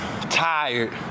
tired